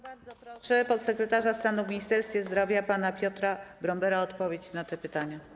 Bardzo proszę podsekretarza stanu w Ministerstwie Zdrowia pana Piotra Brombera o odpowiedź na te pytania.